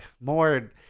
More